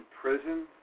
prison